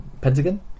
pentagon